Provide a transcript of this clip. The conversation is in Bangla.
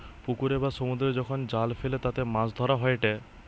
পুকুরে বা সমুদ্রে যখন জাল ফেলে তাতে মাছ ধরা হয়েটে